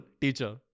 teacher